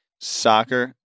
Soccer